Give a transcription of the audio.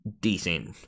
decent